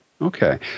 Okay